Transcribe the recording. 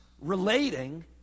relating